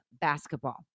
basketball